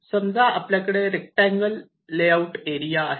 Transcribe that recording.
समजा आपल्याकडे rectangles layout area आहे